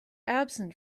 absent